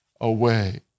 away